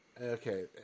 Okay